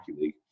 League